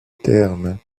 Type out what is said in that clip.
terme